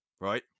right